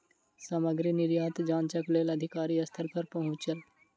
सामग्री निर्यात जांचक लेल अधिकारी स्थल पर पहुँचल